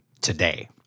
today